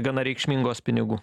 gana reikšmingos pinigų